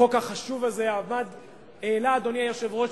החוק החשוב הזה, אדוני היושב-ראש,